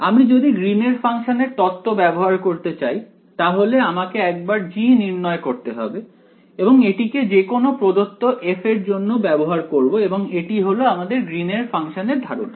আমি যদি গ্রীন এর ফাংশনের তত্ব ব্যবহার করতে চাই তাহলে আমাকে একবার G নির্ণয় করতে হবে এবং এটিকে যে কোনো প্রদত্ত f এর জন্য ব্যবহার করব এবং এটি হল আমাদের গ্রীন এর ফাংশনের ধারণা